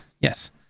Yes